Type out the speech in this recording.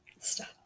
Stop